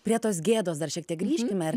prie tos gėdos dar šiek tiek grįžkime ar